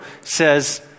says